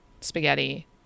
spaghetti